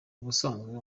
ubusanzwe